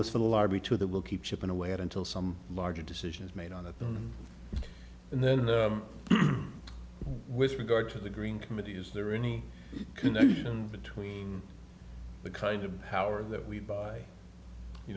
list for the lobby too that will keep chipping away at until some larger decision is made on that and then with regard to the green committee is there any connection between the kind of power that we buy you